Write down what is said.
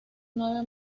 nueve